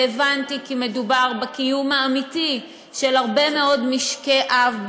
והבנתי כי מדובר בקיום האמיתי של הרבה מאוד משקי-אב,